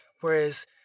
Whereas